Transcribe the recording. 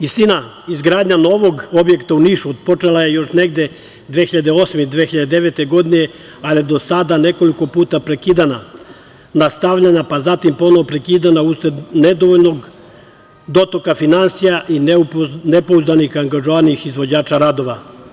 Istina, izgradnja novog objekta u Nišu počela je još negde 2008, 2009. godine, ali je do sada nekoliko puta prekidana, nastavljena, pa zatim ponovo prekidana, usled nedovoljnog dotoka finansija i nepouzdanih angažovanih izvođača radova.